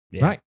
Right